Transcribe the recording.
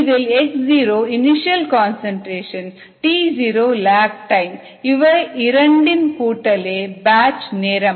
இதில் x0initial concentration t0lag time இவை இரண்டின் கூட்டலே பேட்ச் நேரம்